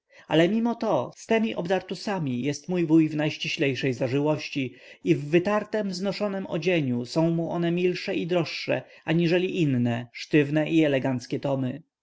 ale mimo to z tymi obdartusami jest mój wuj w najściślejszej zażyłości i w wytartem znoszonem odzieniu są mu one milsze i droższe aniżeli inne sztywne i